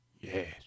Yes